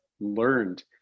learned